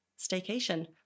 staycation